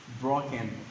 broken